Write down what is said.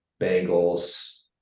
Bengals